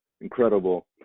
Incredible